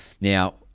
Now